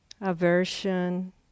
aversion